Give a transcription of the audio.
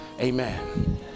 amen